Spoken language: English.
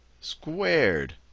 squared